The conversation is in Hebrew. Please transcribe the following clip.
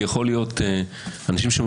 אנשים יכולים